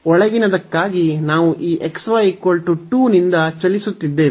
ಒಳಗಿನದಕ್ಕಾಗಿ ನಾವು ಈ xy 2 ನಿಂದ ಚಲಿಸುತ್ತಿದ್ದೇವೆ